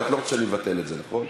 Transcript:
את לא רוצה שאני אבטל את זה, נכון?